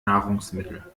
nahrungsmittel